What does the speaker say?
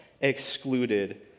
excluded